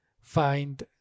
find